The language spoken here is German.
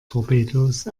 torpedos